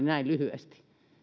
näin lyhyesti